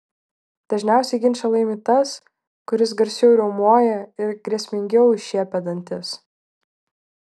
dažniausiai ginčą laimi tas kuris garsiau riaumoja ir grėsmingiau iššiepia dantis